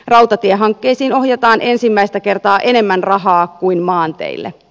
rautatiehankkeisiin ohjataan ensimmäistä kertaa enemmän rahaa kuin maanteille